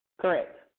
Correct